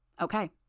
Okay